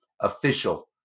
official